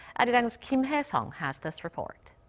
arirang's kim hyesung has this report.